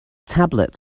tablet